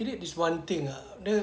he did this one thing ah dia